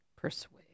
persuade